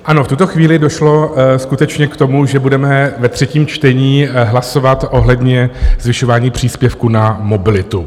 Ano, v tuto chvíli došlo skutečně k tomu, že budeme ve třetím čtení hlasovat ohledně zvyšování příspěvku na mobilitu.